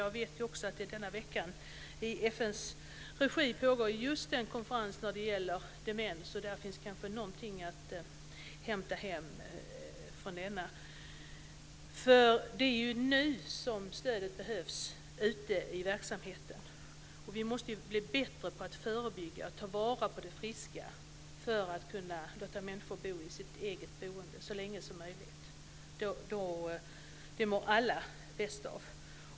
Jag vet också att det denna vecka i FN:s regi pågår en konferens om just demens, och det finns kanske någonting att hämta hem från denna. Det är ju nu som stödet behövs ute i verksamheten. Vi måste bli bättre på att förebygga och ta vara på det friska för att kunna låta människor bo i sitt eget boende så länge som möjligt. Det mår alla bäst av.